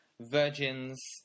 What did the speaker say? Virgin's